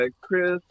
Chris